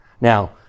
Now